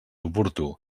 oportú